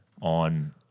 on